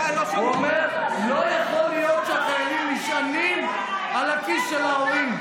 הוא אומר: לא יכול להיות שהחיילים נשענים על הכיס של ההורים.